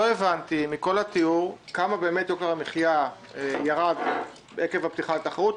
לא הבנתי מכל התיאור כמה באמת יוקר המחיה ירד עקב הפתיחה לתחרות,